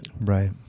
Right